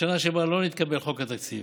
בשנה שבה לא נתקבל חוק התקציב